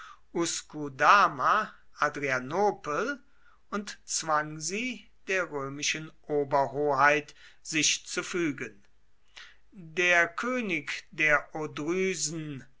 und zwang sie der römischen oberhoheit sich zu fügen der könig der odrysen